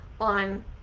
on